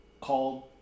called